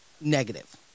negative